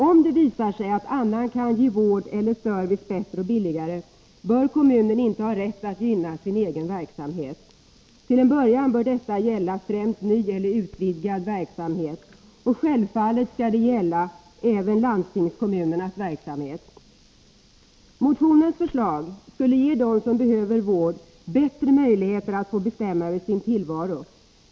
Om det visar sig att annan kan ge vård eller service bättre och billigare, bör kommunen inte ha rätt att gynna sin egen verksamhet. Till en början bör detta gälla främst ny eller utvidgad verksamhet. Självfallet skall detta gälla även landstingskommunernas verksamhet. Motionens förslag skulle ge dem som behöver vård bättre möjligheter att få bestämma över sin tillvaro.